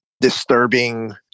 disturbing